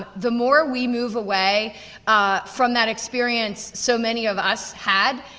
ah the more we move away from that experience so many of us had,